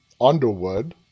Underwood